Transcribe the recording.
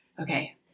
okay